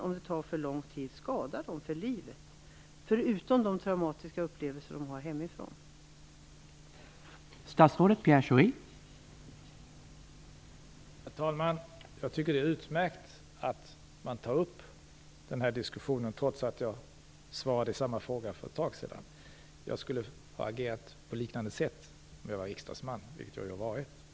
Om det tar för lång tid kan det, förutom de traumatiska upplevelser de har med sig hemifrån, skada dem för livet.